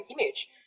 image